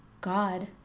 God